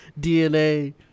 DNA